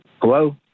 Hello